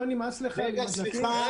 לא נמאס לך עם ה --- סליחה,